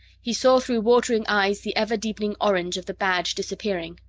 he saw through watering eyes the ever-deepening orange of the badge disappearing.